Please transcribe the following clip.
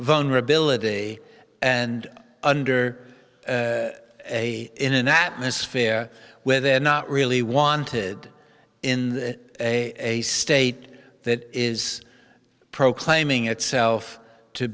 vulnerability and under a in an atmosphere where they're not really wanted in that a state that is proclaiming itself to